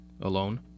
alone